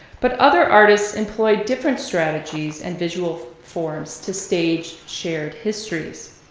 but other artists employed different strategies and visual forms to stage shared histories.